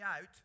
out